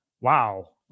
wow